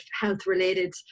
health-related